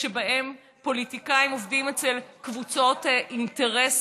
שבהם פוליטיקאים עובדים אצל קבוצות אינטרס